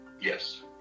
Yes